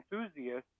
enthusiasts